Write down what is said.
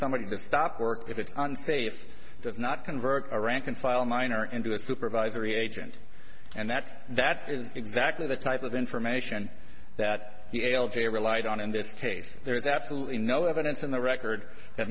somebody to stop work if it's unsafe does not convert a rank and file miner into a supervisory agent and that that is exactly the type of information that the algae relied on in this case there is absolutely no evidence in the record that